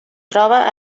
troba